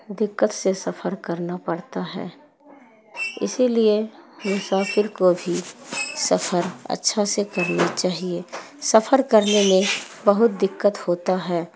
دقت سے سفر کرنا پڑتا ہے اسی لیے مسافر کو بھی سفر اچھا سے کرنا چاہیے سفر کرنے میں بہت دقت ہوتا ہے